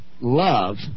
love